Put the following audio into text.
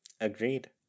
Agreed